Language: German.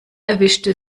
erwischte